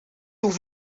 hoeft